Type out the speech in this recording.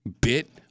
bit